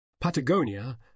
Patagonia